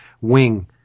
wing